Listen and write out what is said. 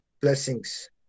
blessings